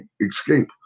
escape